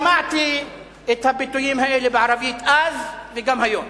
שמעתי את הביטויים האלה בערבית, אז, וגם היום.